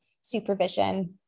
supervision